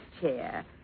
chair